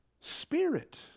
Spirit